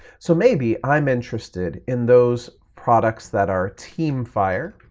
so maybe i'm interested in those products that are teamfire,